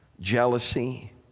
Jealousy